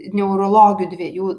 neurologių dviejų